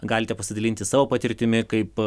galite pasidalinti savo patirtimi kaip